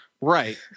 Right